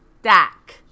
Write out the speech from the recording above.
stack